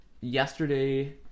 Yesterday